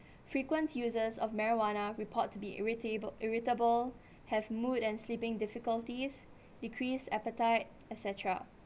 frequent users of marijuana report to be irrita~ irritable have mood and sleeping difficulties decreased appetite et cetera